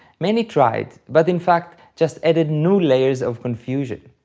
many tried, but in fact just added new layers of confusion.